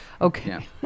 okay